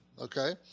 okay